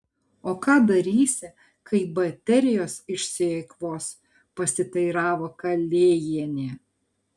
o ką darysi kai baterijos išsieikvos pasiteiravo kalėjienė